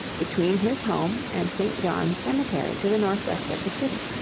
between his home and st. john's cemetery to the northwest of the city.